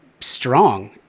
strong